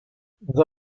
they